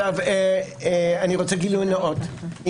גילוי נאות.